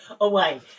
away